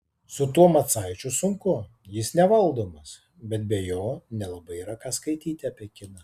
su tuo macaičiu sunku jis nevaldomas bet be jo nelabai yra ką skaityti apie kiną